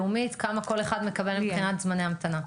לאומית כמה כל אחד מקבל מבחינת זמנים ההמתנה.